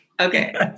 Okay